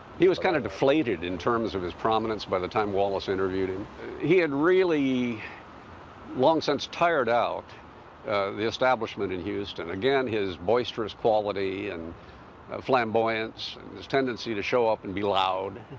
he was kind of deflated in terms of his prominence by the time wallace interviewed him he had really long since tired out the establishment in houston. again, his boisterous quality and flamboyance and his tendency to show up and be loud